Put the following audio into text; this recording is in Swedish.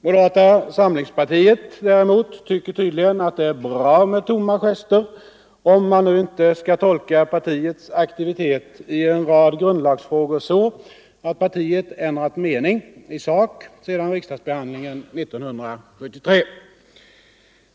Moderata samlingspartiet däremot tycker tydligen att det är bra med tomma gester, om man nu inte skall tolka partiets aktivitet i en rad grundlagsfrågor så att partiet ändrat mening i sak sedan riksdagsbehandlingen 1973.